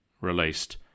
released